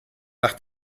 nach